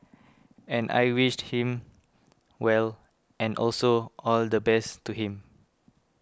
and I wished him well and also all the best to him